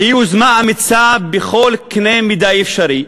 שהיא יוזמה אמיצה בכל קנה-מידה אפשרי,